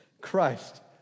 Christ